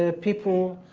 ah people.